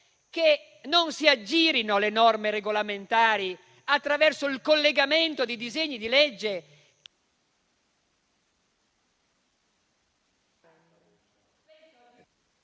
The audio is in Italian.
che non si aggirino le norme regolamentari attraverso il collegamento di disegni di legge…